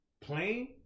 plane